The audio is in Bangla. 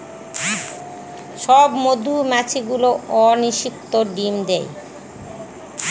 সব মধুমাছি গুলো অনিষিক্ত ডিম দেয়